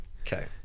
Okay